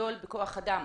גדול בכוח אדם.